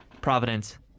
Providence